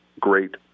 great